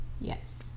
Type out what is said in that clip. Yes